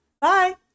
bye